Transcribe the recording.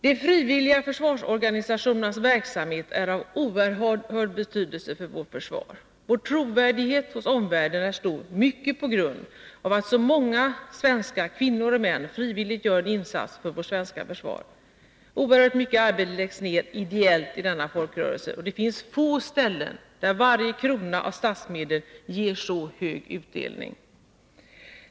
De frivilliga försvarsorganisationernas verksamhet är av oerhörd betydelse för vårt försvar. Vår trovärdighet hos omvärlden är stor, mycket på grund av att så många svenska kvinnor och män frivilligt gör en insats för vårt svenska försvar. Oerhört mycket arbete läggs ned ideellt i denna folkrörelse, och det finns få ställen där varje krona av statsmedel ger så hög utdelning.